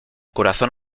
corazón